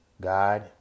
God